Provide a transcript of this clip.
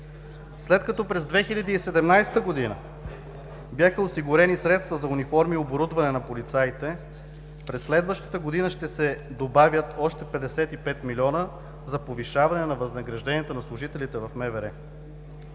След като през 2017 г. бяха осигури средства за униформи оборудване на полицаите, през следващата година ще се добавят още 55 млн. лв. за повишаване на възнагражденията на служителите в МВР.